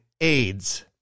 AIDS